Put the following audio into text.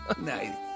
Nice